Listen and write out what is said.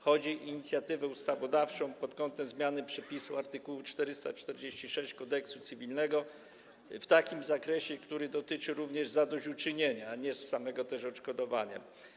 Chodzi o inicjatywę ustawodawczą pod kątem zmiany przepisu art. 446 Kodeksu cywilnego w takim zakresie, który dotyczy również zadośćuczynienia, a nie samego odszkodowania.